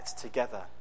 together